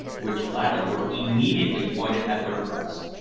which latter were immediately pointed at their breasts.